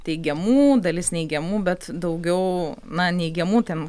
teigiamų dalis neigiamų bet daugiau na neigiamų ten